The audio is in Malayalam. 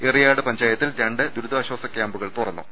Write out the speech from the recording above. എറിയാട് പഞ്ചായത്തിൽ രണ്ട് ദുരിതാശ്ചാസ ക്യാമ്പുകൾ തുറന്നു